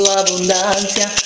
abundancia